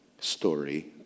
story